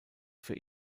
für